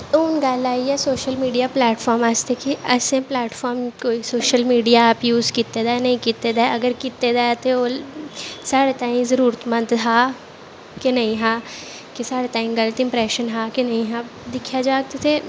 हून गल्ल आई ऐ सोशल मीडिया प्लैटफार्म आस्तै कि असें प्लैटफार्म सोशल मीडिया यूज कीते दा ऐ जां नेईं कीते दा ऐ अगर कीते दा ऐ ते ओह् साढ़े ताईं जरूरतमंद हा के नेईं हा के साढ़े ताईं गलत इंप्रैशन हा के नेईं हा दिक्खेआ जाह्ग तुसें